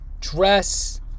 dress